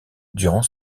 durant